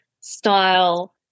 style